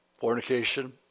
fornication